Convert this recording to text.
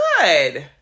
Good